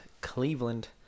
Cleveland